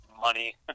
money